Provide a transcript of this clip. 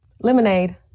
Lemonade